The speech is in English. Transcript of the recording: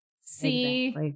See